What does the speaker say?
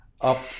up